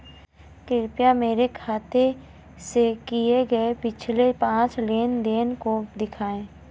कृपया मेरे खाते से किए गये पिछले पांच लेन देन को दिखाएं